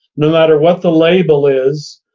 no matter what the label is,